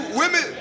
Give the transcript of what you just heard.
women